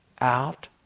out